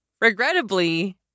regrettably